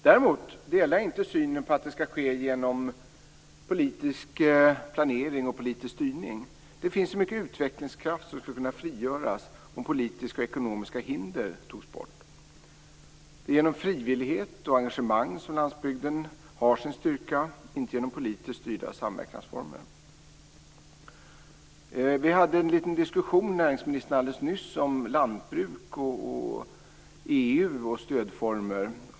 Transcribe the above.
Däremot delar jag inte uppfattningen att detta skall ske med hjälp av politisk planering och styrning. Det finns så mycket utvecklingskraft som skulle kunna frigöras om politiska och ekonomiska hinder togs bort. Det är genom frivillighet och engagemang som landsbygden har sin styrka, inte genom politiskt styrda samverkansformer. Näringsministern och jag hade nyss en diskussion om lantbruk, EU och stödformer.